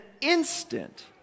instant